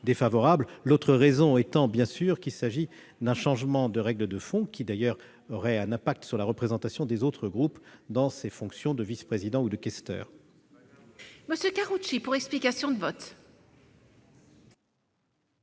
l'autre raison étant bien sûr qu'il s'agit d'un changement de règles de fond, qui aurait d'ailleurs un impact sur la représentation des autres groupes dans les fonctions de vice-président ou de questeur.